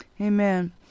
Amen